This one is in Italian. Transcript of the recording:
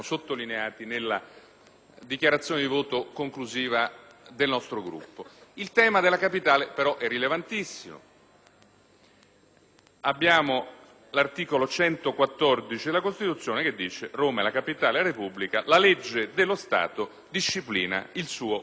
Il tema della capitale però è rilevantissimo. L'articolo 114 della Costituzione recita: «Roma è la capitale della Repubblica. La legge dello Stato disciplina il suo ordinamento».